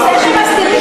זה שמסתירים,